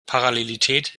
parallelität